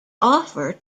offer